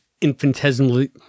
infinitesimally –